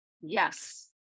Yes